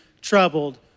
troubled